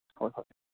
হয় হয়